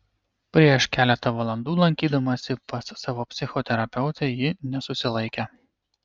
prieš keletą valandų lankydamasi pas savo psichoterapeutę ji nesusilaikė